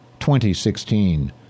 2016